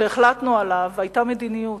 כשהחלטנו עליו, היתה מדיניות.